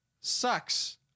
sucks